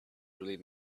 really